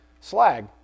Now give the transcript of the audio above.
Slag